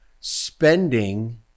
spending